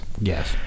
Yes